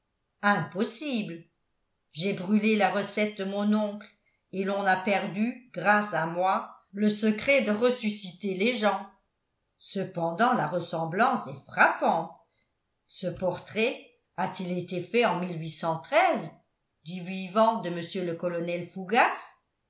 impossible j'ai brûlé la recette de mon oncle et l'on a perdu grâce à moi le secret de ressusciter les gens cependant la ressemblance est frappante ce portrait a-t-il été fait en du vivant de mr le colonel fougas